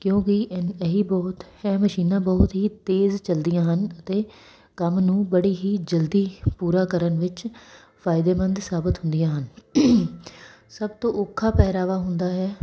ਕਿਉਂਕਿ ਐਨ ਇਹ ਹੀ ਬਹੁਤ ਹੈ ਮਸ਼ੀਨਾਂ ਬਹੁਤ ਹੀ ਤੇਜ਼ ਚੱਲਦੀਆਂ ਹਨ ਅਤੇ ਕੰਮ ਨੂੰ ਬੜੀ ਹੀ ਜਲਦੀ ਪੂਰਾ ਕਰਨ ਵਿੱਚ ਫ਼ਾਇਦੇਮੰਦ ਸਾਬਤ ਹੁੰਦੀਆਂ ਹਨ ਸਭ ਤੋਂ ਔਖਾ ਪਹਿਰਾਵਾ ਹੁੰਦਾ ਹੈ